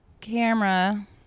camera